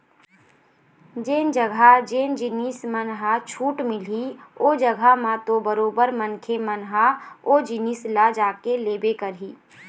जेन जघा जेन जिनिस मन ह छूट मिलही ओ जघा म तो बरोबर मनखे मन ह ओ जिनिस ल जाके लेबे करही